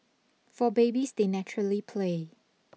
for babies they naturally play